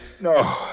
No